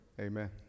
amen